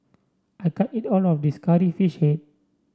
I can't eat all of this Curry Fish Head